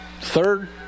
Third